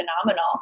phenomenal